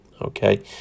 okay